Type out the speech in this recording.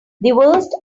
worst